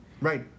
Right